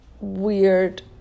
weird